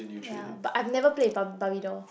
ya but I never play barbie doll